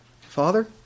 Father